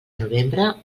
novembre